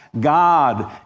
God